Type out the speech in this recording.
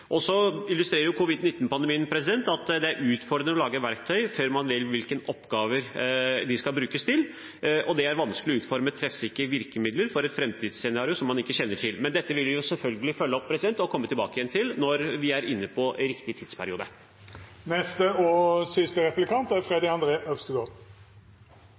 at det er utfordrende å lage verktøy før man vet hvilke oppgaver de skal brukes til. Det er vanskelig å utforme treffsikre virkemidler for et framtidsscenario som man ikke kjenner til. Men dette vil jeg selvfølgelig følge opp og komme tilbake til når vi er inne i riktig tidsperiode. Takk til statsråden for en god redegjørelse. Vi vet at offentlighet, innsyn i makta, er